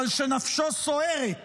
אבל שנפשו סוערת